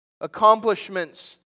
accomplishments